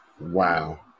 Wow